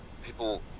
people